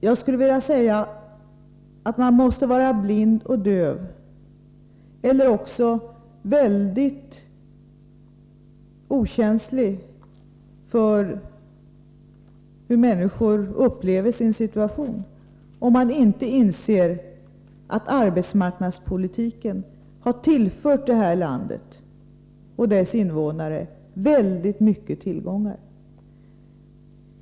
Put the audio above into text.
Jag skulle alltså vilja säga att man måste vara blind och döv eller också väldigt okänslig för hur människor upplever sin situation, om man inte inser att arbetsmarknadspolitiken har tillfört det här landet och dess invånare väldigt många tillgångar.